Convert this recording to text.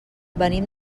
venim